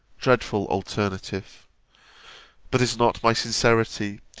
dreadful alternative but is not my sincerity,